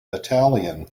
battalion